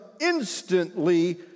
instantly